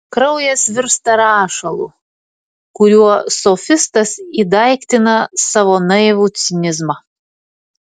kraujas virsta rašalu kuriuo sofistas įdaiktina savo naivų cinizmą